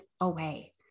away